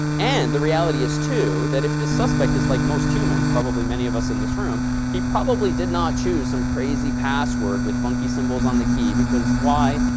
and the reality is, too, that if this suspect is like most humans probably many of us in his room he probably did not choose some crazy password with funky symbols on the key because why?